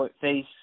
face